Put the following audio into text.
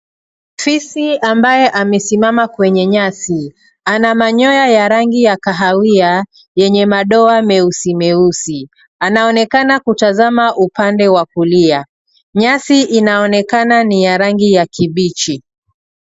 Fisi ambaye amesimama kwenye nyasi, ana manyoya ya rangi ya kahawia yenye madoa meusi meusi, anaonekana kutazama upande wa kulia. Nyasi inaonekana ni ya rangi ya kibichi.